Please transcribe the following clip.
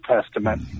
Testament